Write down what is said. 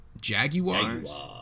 Jaguars